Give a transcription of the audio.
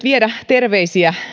viedä terveisiä